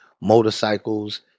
motorcycles